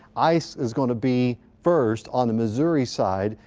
ice is going to be first on the missouri side.